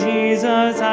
Jesus